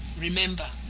remember